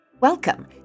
Welcome